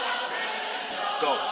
go